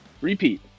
Repeat